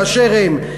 באשר הם,